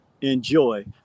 enjoy